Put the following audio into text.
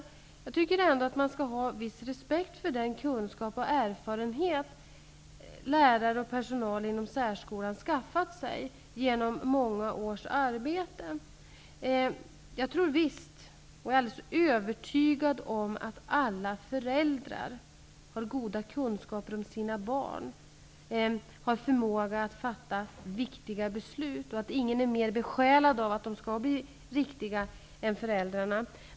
Men jag tycker ändå att man skall ha en viss respekt för den kunskap och erfarenhet som lärare och personal inom särskolan skaffat sig genom många års arbete. Jag är alldeles övertygad om att alla föräldrar har goda kunskaper om sina barn och förmåga att fatta viktiga beslut. Jag tror också att det inte finns några som är mer besjälade av att besluten skall bli riktiga än föräldrarna.